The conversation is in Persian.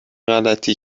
غلطی